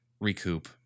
recoup